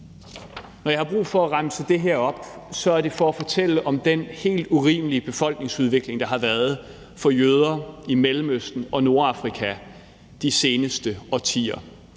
Når jeg har brug for at remse de her tal op, så er det for at fortælle om den helt urimelige befolkningsudvikling, der har været for jøder i Mellemøsten og Nordafrika i de seneste årtier,